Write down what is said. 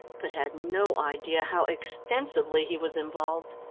but had no idea how extensively he was involved.